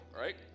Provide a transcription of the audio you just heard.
right